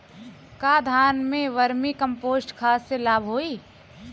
का धान में वर्मी कंपोस्ट खाद से लाभ होई?